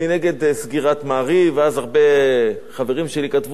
ואז הרבה חברים שלי כתבו: אבל הם ככה והם ככה והם ככה.